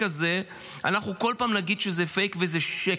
הזה אנחנו כל פעם נגיד שזה פייק וזה שקר?